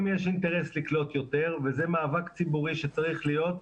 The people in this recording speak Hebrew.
יש אינטרס לקלוט יותר וזה מאבק ציבורי שצריך להיות,